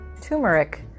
turmeric